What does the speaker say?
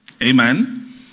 Amen